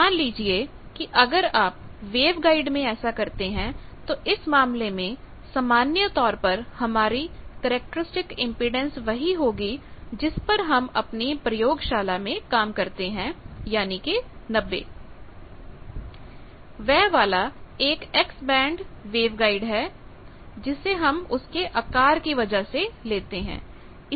मान लीजिए कि अगर आप वेवगाइड में ऐसा करते हैं तो इस मामले में सामान्य तौर पर हमारी कैरेक्टरिस्टिक इम्पीडेन्स वही होगी जिस पर हम अपनी प्रयोगशाला में काम करते हैं यानी कि 90 वह वाला एक x बैंड वेवगाइड है जिसे हम उसके आकार की वजह से लेते हैं